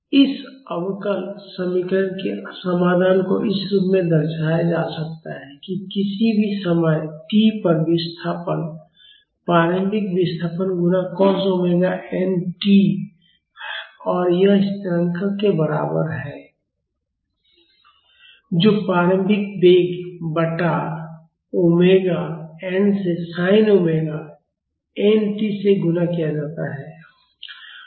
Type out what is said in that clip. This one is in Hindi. इस अवकल समीकरण के समाधान को इस रूप में दर्शाया जा सकता है कि किसी भी समय t पर विस्थापन प्रारंभिक विस्थापन गुणा cos ओमेगा n t और यह स्थिरांक के बराबर है जो प्रारंभिक वेग बटा ओमेगा n से sin ओमेगा nt से गुणा किया जाता है